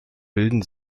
bilden